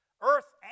earth